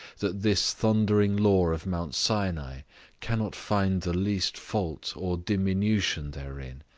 that this thundering law of mount sinai cannot find the least fault or diminution therein,